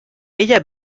ella